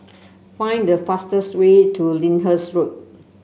find the fastest way to Lyndhurst Road